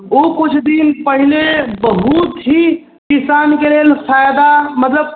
ओ किछु दिन पहिने बहुत ही किसानके लेल फायदा मतलब